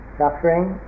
suffering